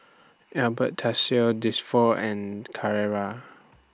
Yaber Castell Saint Dalfour and Carrera